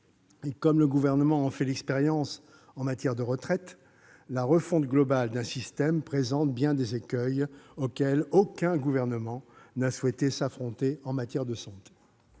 et, comme le Gouvernement en fait l'expérience en matière de retraite, la refonte globale d'un système présente bien des écueils, qu'aucun gouvernement n'a souhaité affronter en matière de santé.